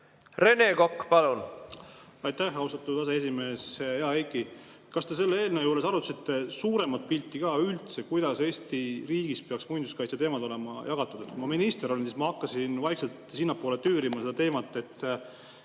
Rene Kokk, palun!